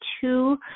two